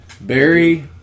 Barry